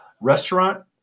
Restaurant